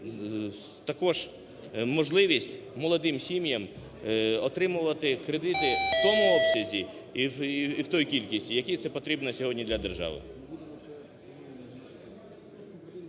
також можливість молодим сім'ям отримувати кредити в тому обсязі і в той кількості, в якій це потрібно сьогодні для держави.